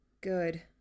Good